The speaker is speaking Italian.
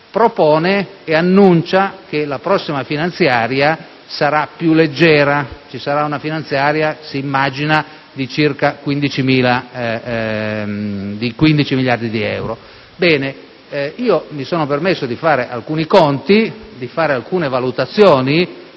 propone e annuncia che la prossima finanziaria sarà più leggera, sarà una finanziaria, si immagina, di circa 15 miliardi di euro. Bene, io mi sono permesso di fare alcuni conti e valutazioni